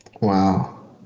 Wow